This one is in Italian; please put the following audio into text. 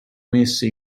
messe